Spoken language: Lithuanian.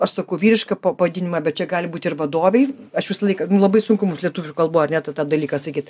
aš sakau vyrišką pavadinimą bet čia gali būt ir vadovei aš visą laiką nu labai sunku mums lietuvių kalboj ar net tą dalyką sakyt